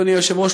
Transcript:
אדוני היושב-ראש,